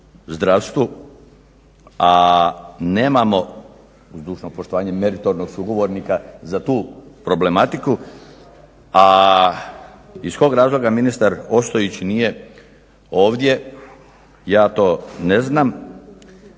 zdravstvu, a nemamo uz dužno poštovanje, meritornog sugovornika za tu problematiku, a iz kog razloga ministar Ostojić nije ovdje, ja to ne znam.